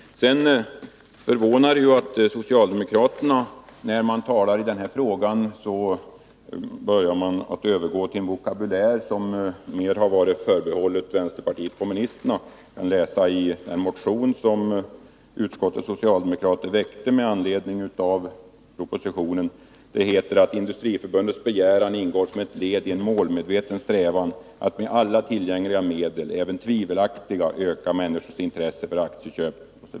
Det förvånar att socialdemokraterna när de talar i denna fråga börjar övergå till en vokabulär som tidigare endast använts av vänsterpartiet kommunisterna. Man kan läsa i den motion som utskottets socialdemokrater väckte med anledning av propositionen, att Industriförbundets begäran ingår som ett led i en målmedveten strävan att med alla tillgängliga medel, även tvivelaktiga, öka människors intresse för aktieköp.